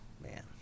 man